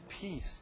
peace